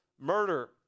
murder